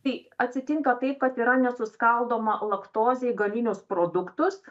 tai atsitinka taip kad yra nesuskaldoma laktozė į galinius produktus